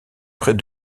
près